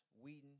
Whedon